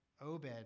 Obed